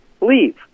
leave